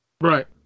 Right